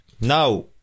now